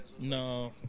No